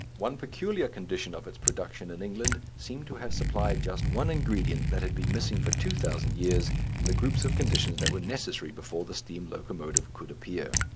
one peculiar condition of its production in england seems to have supplied just one ingredient that had been missing for two thousand years in the group of conditions that were necessary before the steam locomotive could appear.